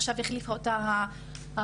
שעכשיו החליפה אותה המנכ"לית.